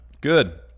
Good